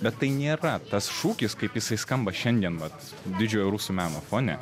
bet tai nėra tas šūkis kaip jisai skamba šiandien vat didžiojo rusų meno fone